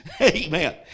Amen